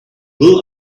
will